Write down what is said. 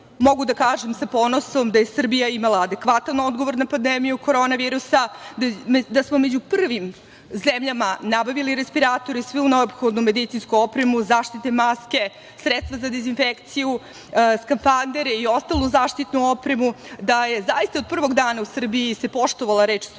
EU.Mogu da kažem sa ponosom da je Srbija imala adekvatan odgovor na pandemiju korona virusa, da smo među prvim zemljama nabavili respiratore i svu neophodnu medicinsku opremu, zaštitne maske, sredstva za dezinfekciju, skafandere i ostalu zaštitnu opremu, da se zaista od prvog dana u Srbiji poštovala reč struke,